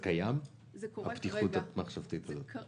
הפתיחות המחשבתית הזאת קיימת?